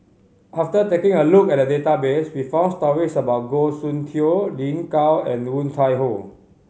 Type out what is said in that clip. after taking a look at the database we found stories about Goh Soon Tioe Lin Gao and Woon Tai Ho